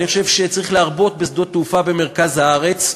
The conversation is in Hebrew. אני חושב שצריך להרבות בשדות תעופה במרכז הארץ,